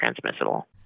transmissible